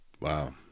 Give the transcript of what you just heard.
Wow